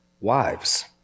Wives